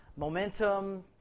Momentum